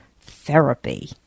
therapy